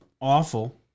awful